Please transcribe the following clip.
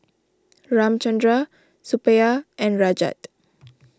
Ramchundra Suppiah and Rajat